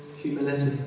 humility